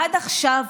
עד עכשיו,